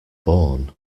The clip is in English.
born